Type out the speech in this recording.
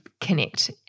connect